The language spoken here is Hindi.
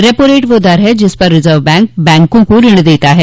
रेपो रेट वह दर है जिस पर रिजर्व बैंक बैंकों को ऋण देता है